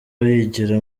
yigira